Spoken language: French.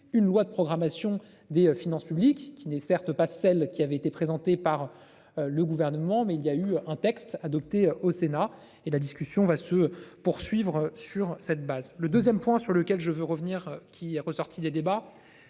une loi de programmation des finances publiques qui n'est certes pas celle qui avait été présenté par le gouvernement, mais il y a eu un texte adopté au Sénat et la discussion va se poursuivre sur cette base. Le 2ème, point sur lequel je veux revenir qui est ressorti des débats.